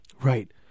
Right